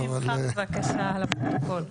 שמך לפרוטוקול.